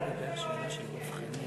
אז יש הסכם כזה או אין הסכם כזה?